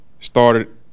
started